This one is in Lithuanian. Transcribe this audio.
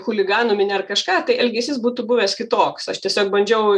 chuliganų minia ar kažką tai elgesys būtų buvęs kitoks aš tiesiog bandžiau